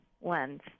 lens